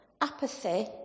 apathy